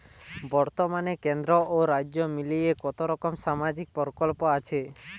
বতর্মানে কেন্দ্র ও রাজ্য মিলিয়ে কতরকম সামাজিক প্রকল্প আছে?